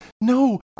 No